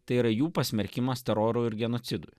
tai yra jų pasmerkimas teroru ir genocidui